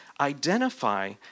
identify